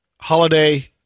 Holiday